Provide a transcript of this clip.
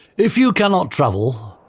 if you cannot travel,